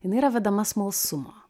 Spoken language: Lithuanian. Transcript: jinai yra vedama smalsumo